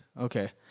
okay